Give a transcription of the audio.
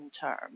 term